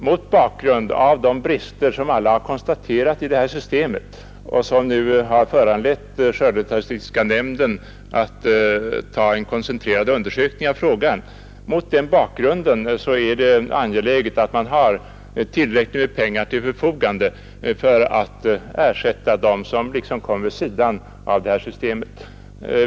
Mot bakgrund av de brister som alla har konstaterat i detta system och som nu föranlett skördestatistiska nämnden att besluta göra en koncentrerad undersökning är det angeläget att man har tillräckligt med pengar till förfogande för att ersätta dem som liksom kommer vid sidan av det här systemet.